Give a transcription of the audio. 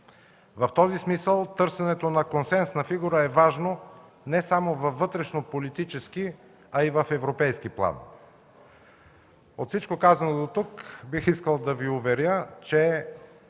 В този смисъл търсенето на консенсусна фигура е важно не само във вътрешнополитически, а и в европейски план. От всичко казано дотук, бих искал да Ви уверя, че